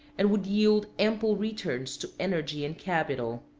and would yield ample returns to energy and capital.